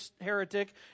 heretic